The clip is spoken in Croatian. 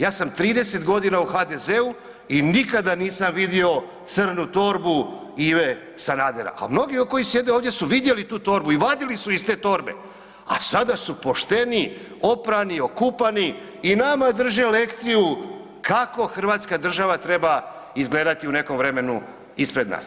Ja sam 30 godina u HDZ-u i nikada nisam vidio crnu torbu Ive Sanadera, a mnogi koji sjede ovdje su vidjeli tu torbu i vadili su iz torbe, a sada su pošteniji, oprani, okupani i nama drže lekciju kako Hrvatska država treba izgledati u nekom vremenu ispred nas.